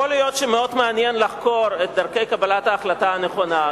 יכול להיות שמאוד מעניין לחקור את דרכי קבלת ההחלטה הנכונה,